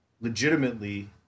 legitimately